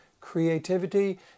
creativity